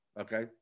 Okay